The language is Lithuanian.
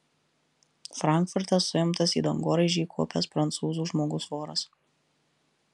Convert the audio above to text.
frankfurte suimtas į dangoraižį įkopęs prancūzų žmogus voras